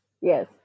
Yes